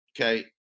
Okay